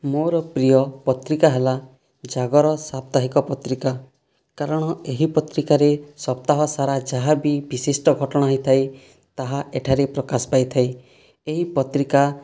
ମୋର ପ୍ରିୟ ପତ୍ରିକା ହେଲା ଜାଗର ସାପ୍ତାହିକ ପତ୍ରିକା କାରଣ ଏହି ପତ୍ରିକାରେ ସପ୍ତାହ ସାରା ଯାହା ବି ବିଶିଷ୍ଟ ଘଟଣା ହୋଇଥାଏ ତାହା ଏଠାରେ ପ୍ରକାଶ ପାଇଥାଏ ଏହି ପତ୍ରିକା